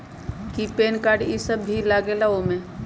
कि PAN card इ सब भी लगेगा वो में?